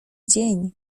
dzień